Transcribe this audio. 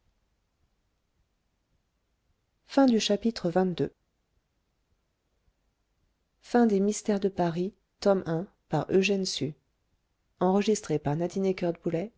mystères de paris tome i by eugène sue